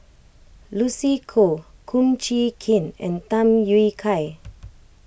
Lucy Koh Kum Chee Kin and Tham Yui Kai